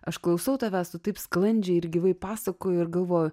aš klausau tavęs tu taip sklandžiai ir gyvai pasakoji ir galvoju